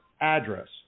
address